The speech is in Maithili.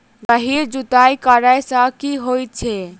गहिर जुताई करैय सँ की होइ छै?